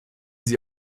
sie